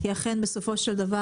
כי אכן בסופו של דבר,